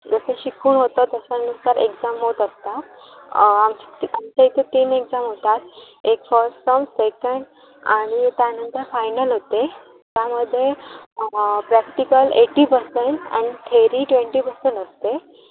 जसं शिकून होतं तशानुसार एक्झाम होत असतात आमच्या इथे तीन एक्झाम होतात एक फस टम सेकेंड आणि त्यानंतर फायनल होते त्यामध्ये practical eighty percent and theory twenty percent असते